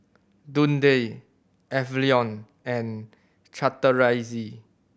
Dundee Avalon and Chateraise